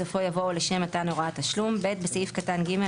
בסופו יבוא "או לשם מתן הוראת תשלום"; בסעיף קטן (ג),